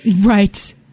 Right